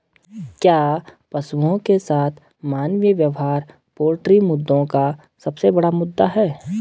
क्या पशुओं के साथ मानवीय व्यवहार पोल्ट्री मुद्दों का सबसे बड़ा मुद्दा है?